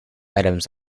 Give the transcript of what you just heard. items